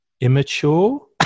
immature